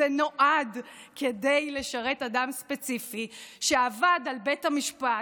הוא נועד לשרת אדם ספציפי שעבד על בית המשפט,